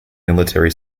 military